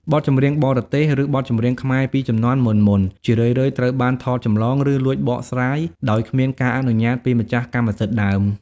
បទចម្រៀងបរទេស ឬបទចម្រៀងខ្មែរពីជំនាន់មុនៗ ជារឿយៗត្រូវបានថតចម្លង ឬលួចបកស្រាយដោយគ្មានការអនុញ្ញាតពីម្ចាស់កម្មសិទ្ធិដើម។